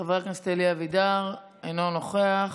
חבר הכנסת אלי אבידר, אינו נוכח.